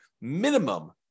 minimum